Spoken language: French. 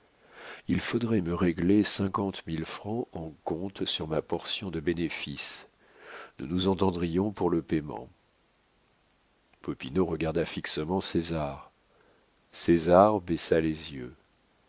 il faudrait me régler cinquante mille francs en comptant sur ma portion de bénéfices nous nous entendrions pour le payement popinot regarda fixement césar césar baissa les yeux